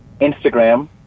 Instagram